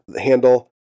handle